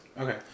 Okay